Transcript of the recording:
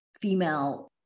female